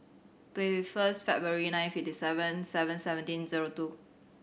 twenty first February nineteen fifty seven seven seventeen zero two